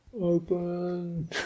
open